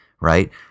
right